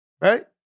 right